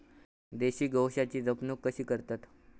देशी गोवंशाची जपणूक कशी करतत?